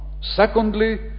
Secondly